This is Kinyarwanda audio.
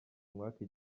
umwaku